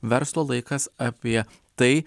verslo laikas apie tai